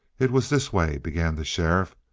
it was this way, began the sheriff,